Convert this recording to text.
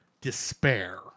despair